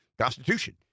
Constitution